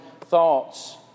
thoughts